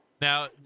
Now